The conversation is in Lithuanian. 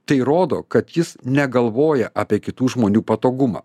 tai rodo kad jis negalvoja apie kitų žmonių patogumą